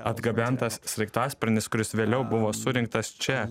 atgabentas sraigtasparnis kuris vėliau buvo surinktas čia